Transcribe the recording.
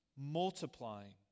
multiplying